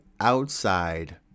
outside